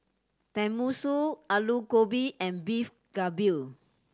Tenmusu Alu Gobi and Beef Galbi